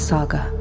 Saga